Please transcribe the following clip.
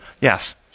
Yes